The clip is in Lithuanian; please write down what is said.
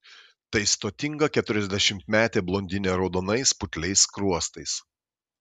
tai stotinga keturiasdešimtmetė blondinė raudonais putliais skruostais